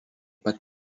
pat